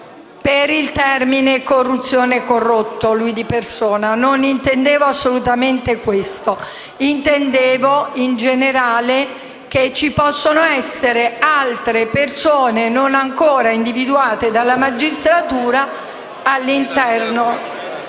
con il termine «corruzione» e «corrotto». Non intendevo assolutamente questo. Intendevo, in generale, che ci possono essere altre persone non ancora individuate dalla magistratura all'interno,